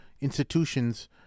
institutions